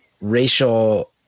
racial